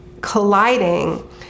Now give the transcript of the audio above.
colliding